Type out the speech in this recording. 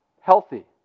healthy